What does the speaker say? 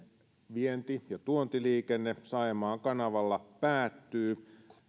vienti ja tuontiliikenne saimaan kanavalla päättyy